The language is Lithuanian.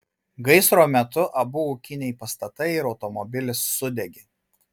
gaisro metu abu ūkiniai pastatai ir automobilis sudegė